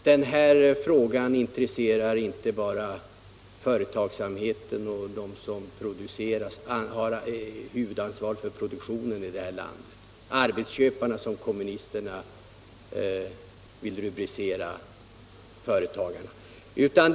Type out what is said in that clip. Den här frågan intresserar inte bara företagsamheten och dem som har huvudansvaret för produktionen här i landet — arbetsköparna, som kommunisterna vill rubricera företagarna.